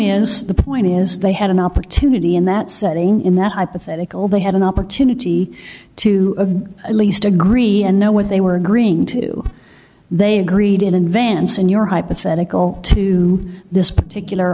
is the point is they had an opportunity in that setting in that hypothetical they had an opportunity to at least agree and know what they were agreeing to they agreed in advance in your hypothetical to this particular